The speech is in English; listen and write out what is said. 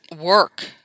work